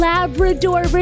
Labrador